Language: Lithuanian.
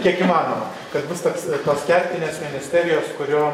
kiek įmanoma kad bus toks tos kertinės ministerijos kurių